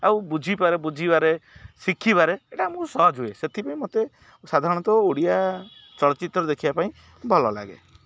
ଆଉ ବୁଝିପାରେ ବୁଝିବାରେ ଶିଖିବାରେ ଏଇଟା ମୁଁ ସହଜ ହୁଏ ସେଥିପାଇଁ ମତେ ସାଧାରଣତଃ ଓଡ଼ିଆ ଚଳଚ୍ଚିତ୍ର ଦେଖିବା ପାଇଁ ଭଲ ଲାଗେ